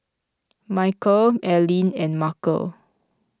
Michial Aileen and Markel